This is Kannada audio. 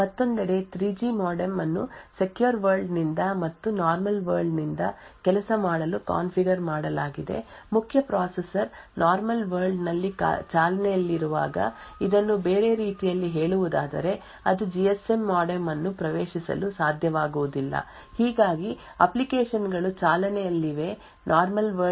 ಮತ್ತೊಂದೆಡೆ 3G ಮೋಡೆಮ್ ಅನ್ನು ಸೆಕ್ಯೂರ್ ವರ್ಲ್ಡ್ ನಿಂದ ಮತ್ತು ನಾರ್ಮಲ್ ವರ್ಲ್ಡ್ ನಿಂದ ಕೆಲಸ ಮಾಡಲು ಕಾನ್ಫಿಗರ್ ಮಾಡಲಾಗಿದೆ ಮುಖ್ಯ ಪ್ರೊಸೆಸರ್ ನಾರ್ಮಲ್ ವರ್ಲ್ಡ್ ನಲ್ಲಿ ಚಾಲನೆಯಲ್ಲಿರುವಾಗ ಇದನ್ನು ಬೇರೆ ರೀತಿಯಲ್ಲಿ ಹೇಳುವುದಾದರೆ ಅದು ಜಿ ಎಸ್ಎಂ ಮೋಡೆಮ್ ಅನ್ನು ಪ್ರವೇಶಿಸಲು ಸಾಧ್ಯವಾಗುವುದಿಲ್ಲ ಹೀಗಾಗಿ ಅಪ್ಲಿಕೇಶನ್ ಗಳು ಚಾಲನೆಯಲ್ಲಿವೆ ನಾರ್ಮಲ್ ವರ್ಲ್ಡ್ ನಲ್ಲಿ G S M modem Modem S O C ಯಲ್ಲಿದೆ ಮತ್ತು ಜಿಎಸ್ಎಂ ಮೋಡೆಮ್ ಗೆ ಯಾವುದೇ ಸಂವಹನ ಸಾಧ್ಯವಿಲ್ಲ ಎಂದು ನೋಡಲು ಸಾಧ್ಯವಾಗುವುದಿಲ್ಲ